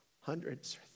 hundreds